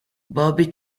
bobby